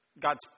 God's